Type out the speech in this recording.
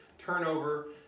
Turnover